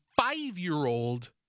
five-year-old